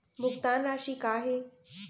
भुगतान राशि का हे?